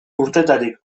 urtetatik